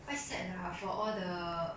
during COVID cause